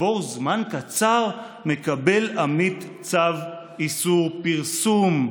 וכעבור זמן קצר מקבל עמית צו איסור פרסום.